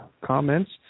comments